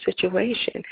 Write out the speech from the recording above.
situation